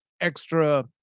extra